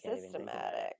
systematic